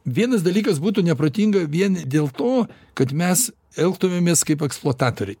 vienas dalykas būtų neprotinga vien dėl to kad mes elgtumėmės kaip eksploatatoriai